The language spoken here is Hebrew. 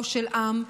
או של עם,